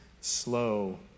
Slow